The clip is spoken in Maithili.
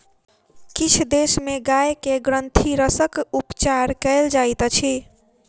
किछ देश में गाय के ग्रंथिरसक उपचार कयल जाइत अछि